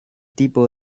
tipo